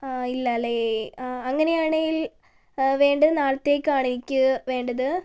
ആ ഇല്ല അല്ലെ അങ്ങനെയാണെങ്കിൽ വേണ്ടത് നാളെത്തേക്ക് ആണ് എനിക്ക് വേണ്ടത്